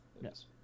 yes